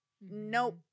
nope